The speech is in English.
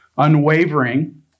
unwavering